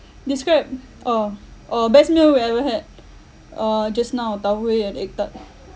describe oh oh best meal we ever had uh just now tau huay and egg tart